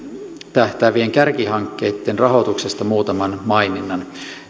tähtäävien kärkihankkeitten rahoituksesta muutaman maininnan